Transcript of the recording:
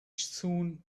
soon